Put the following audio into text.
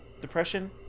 depression